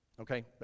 Okay